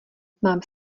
mám